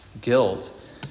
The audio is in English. guilt